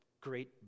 great